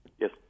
Yes